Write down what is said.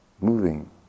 moving